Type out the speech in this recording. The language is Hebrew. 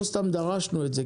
לא סתם דרשנו את זה,